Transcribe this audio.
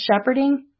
Shepherding